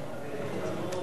1 7 נתקבלו.